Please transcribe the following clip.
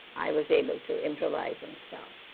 i was able to improvise and so